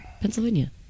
Pennsylvania